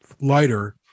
lighter